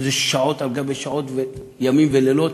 וזה שעות על גבי שעות וימים ולילות,